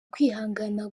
kwihangana